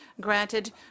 granted